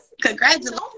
Congratulations